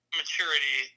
maturity